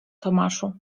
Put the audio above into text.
tomaszu